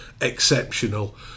exceptional